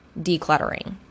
decluttering